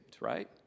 right